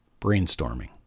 Brainstorming